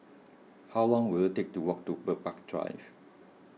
how long will it take to walk to Bird Park Drive